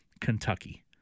Kentucky